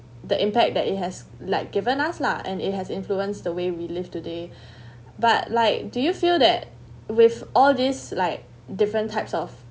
the impact that it has like given us lah and it has influenced the way we live today but like do you feel that with all these like different types of